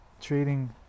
trading